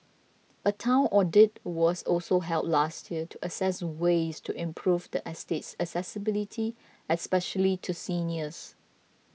a town audit was also held last year to assess ways to improve the estate's accessibility especially to seniors